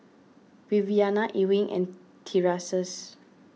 Viviana Ewing and Tyrese